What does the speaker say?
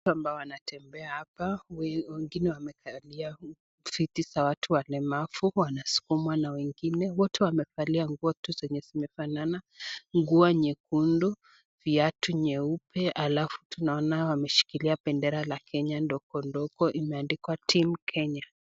Watu ambao wanatembea hapa .Wengine wamekalia viti za watu walemavu wanasukumwa na wengine. Wote wamevalia nguo tu zenye zimefanana ,nguo nyekundu, viatu nyeupe alafu tunaona wameshilikia bendera ya Kenya ndogo ndogo imeandikwa 'Team Kenya'.